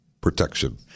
protection